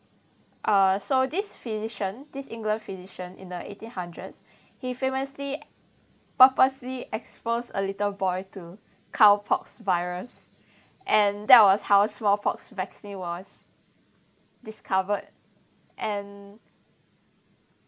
uh so this physicians this england physicians in the eighteen hundreds he famously purposely expose a little boy to cow pox virus and that was how smallpox vaccine was discovered and